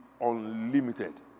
unlimited